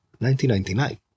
1999